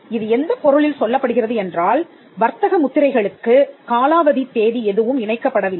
இது எந்தப் பொருளில் சொல்லப்படுகிறது என்றால் வர்த்தக முத்திரைகளுக்குக் காலாவதி தேதி எதுவும் இணைக்கப்படவில்லை